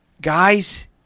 Guys